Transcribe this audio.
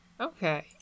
Okay